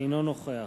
אינו נוכח